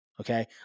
Okay